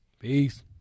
Peace